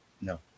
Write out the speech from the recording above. No